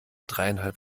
dreieinhalb